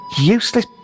useless